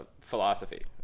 philosophy